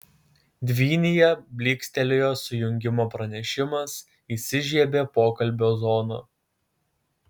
dvynyje blykstelėjo sujungimo pranešimas įsižiebė pokalbio zona